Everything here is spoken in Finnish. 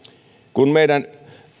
kun meidän